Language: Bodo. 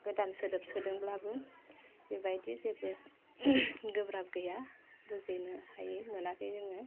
गोदान सोदोब सोदोंब्लाबो बेबायदि जेबो गोब्राब गैया बुजिनो हायो मोनाखै जोङो